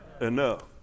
enough